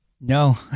No